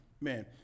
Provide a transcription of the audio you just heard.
man